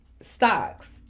stocks